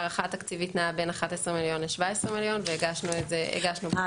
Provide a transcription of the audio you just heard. ההערכה התקציבית נעה בין 11 מיליון ל-17 מיליון והגשנו את זה -- כן.